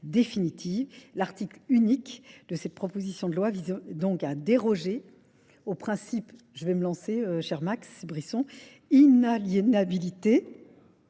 L'article unique de cette proposition de loi a donc dérogé, au principe, je vais me lancer cher Max Brisson, inaliénabilité,